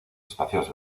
espacios